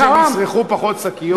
שהם יצרכו פחות שקיות אז הם,